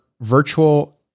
virtual